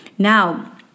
Now